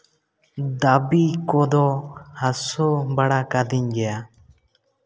ᱫᱟᱵᱤ ᱠᱚᱫᱚ ᱦᱟᱥᱩ ᱵᱟᱲᱟ ᱟᱠᱟᱫᱤᱧ ᱜᱮᱭᱟ